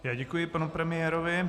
Já děkuji panu premiérovi.